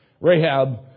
Rahab